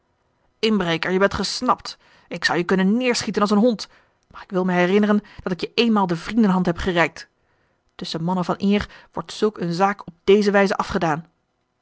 inbreker je bent gesnapt ik zou je kunnen neermarcellus emants een drietal novellen schieten als een hond maar ik wil mij herinneren dat ik je eenmaal de vriendenhand heb gereikt tusschen mannen van eer wordt zulk een zaak op deze wijze afgedaan